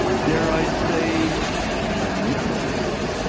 dare i say manipulated,